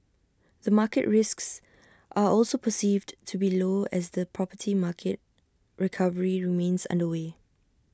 the market risks are also perceived to be low as the property market recovery remains underway